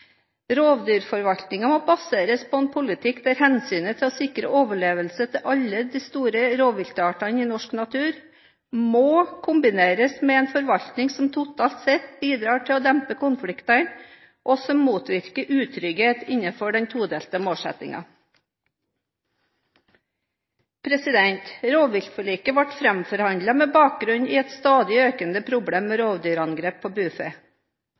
må baseres på en politikk der hensynet til å sikre overlevelse til alle de store rovviltartene i norsk natur må kombineres med en forvaltning som totalt sett bidrar til å dempe konfliktene og motvirke utrygghet innenfor den todelte målsettingen.» Rovviltforliket ble framforhandlet med bakgrunn i et stadig økende problem med rovdyrangrep på bufe.